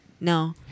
No